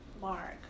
mark